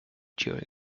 during